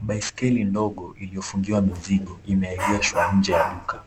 Baiskeli ndogo iliyofungiwa mizigo imeegeshwa nje ya duka,